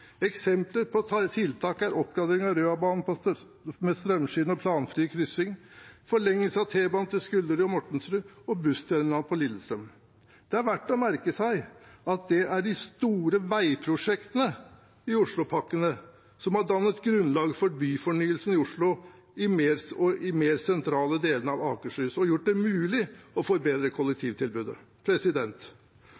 Eksempler på tiltak er oppgradering av Røabanen med strømskinne og planfri kryssing, forlengelse av T-banen til Skullerud og Mortensrud og bussterminal på Lillestrøm. Det er verdt å merke seg at det er de store veiprosjektene i oslopakkene som har dannet grunnlaget for byfornyelsen i Oslo og de mer sentrale delene av Akershus, og gjort det mulig å forbedre